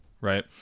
right